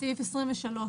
בסעיף 23,